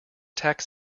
tax